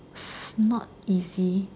not easy